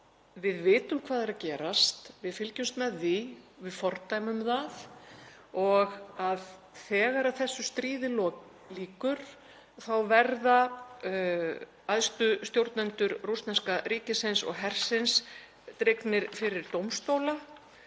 við vitum hvað er að gerast, við fylgjumst með því og við fordæmum það og þegar þessu stríði lýkur þá verða æðstu stjórnendur rússneska ríkisins og hersins dregnir fyrir dómstóla